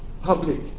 public